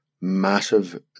massive